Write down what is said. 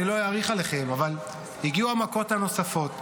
אני לא אאריך לכם, אבל הגיעו המכות הנוספות.